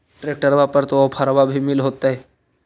ट्रैक्टरबा पर तो ओफ्फरबा भी मिल होतै?